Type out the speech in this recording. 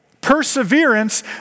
Perseverance